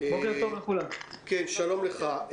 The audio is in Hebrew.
שלום לך.